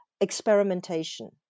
experimentation